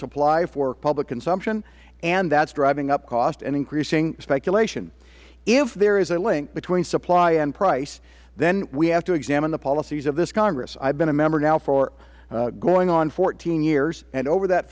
supply for public consumption and that is driving up cost and increasing speculation if there is a link between supply and price then we have to examine the policies of this congress i have been a member now for going on fourteen years and over that